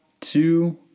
two